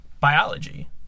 biology